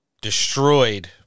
destroyed